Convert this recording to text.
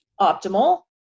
optimal